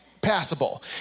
passable